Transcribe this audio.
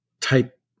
type